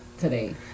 today